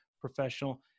professional